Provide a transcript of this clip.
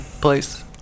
place